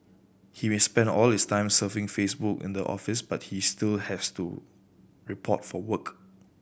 he may spend all his time surfing Facebook in the office but he still has to report for work